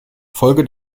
folge